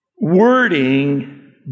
wording